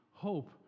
Hope